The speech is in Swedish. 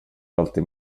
alltid